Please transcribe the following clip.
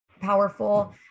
powerful